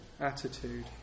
attitude